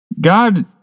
God